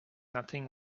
nothing